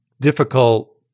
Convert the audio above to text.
difficult